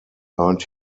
earned